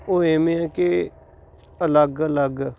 ਉਹ ਐਵੇਂ ਐ ਕਿ ਅਲੱਗ ਅਲੱਗ